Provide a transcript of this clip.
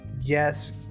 yes